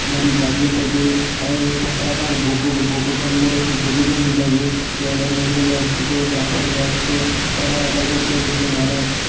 మరియు గనులు తవ్వి రకరకాల బొగ్గు బొగ్గు గనులు బొగ్గు గనులు తవ్వి రైల్వే రైల్వే వ్యవస్థకు ట్రాన్స్పోర్ట్ వ్యవస్థకు చాలా రకాలుగా ఉపయోగిస్తున్నారు